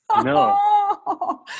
No